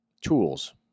Tools